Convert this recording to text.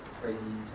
crazy